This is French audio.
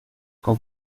quand